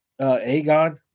Aegon